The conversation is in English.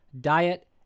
Diet